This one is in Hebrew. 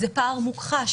זה פער מוכחש.